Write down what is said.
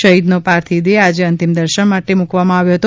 શહીદનો પાર્થિવ દેહ આજે અંતિમ દર્શન માટે મૂકવામાં આવ્યો હતો